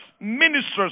ministers